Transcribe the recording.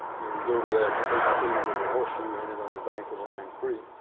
you know, you go to that oak tree with the horseshoe in it on the bank of a lying creek,